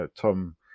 tom